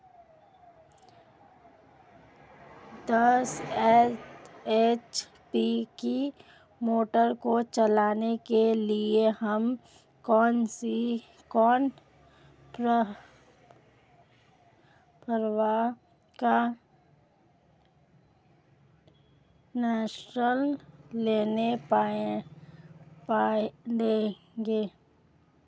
दस एच.पी की मोटर को चलाने के लिए हमें कितने पावर का कनेक्शन लेना पड़ेगा?